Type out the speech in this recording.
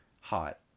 hot